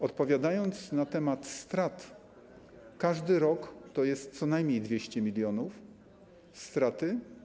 Odpowiadając na pytania o straty - każdy rok to jest co najmniej 200 mln zł straty.